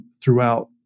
throughout